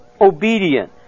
obedient